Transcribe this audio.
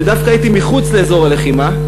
שדווקא הייתי מחוץ לאזור הלחימה,